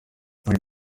bari